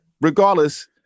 regardless